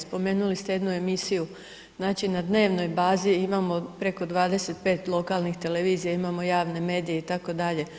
Spomenuli ste jednu emisiju, znači na dnevnoj bazi imamo preko 25 lokalnih televizija, imamo javne medije itd.